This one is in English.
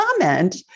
comment